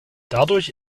dadurch